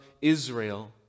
Israel